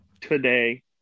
today